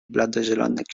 bladozielonych